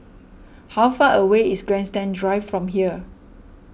how far away is Grandstand Drive from here